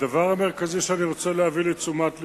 הדבר המרכזי שאני רוצה להביא לתשומת לבכם,